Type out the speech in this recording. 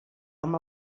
amb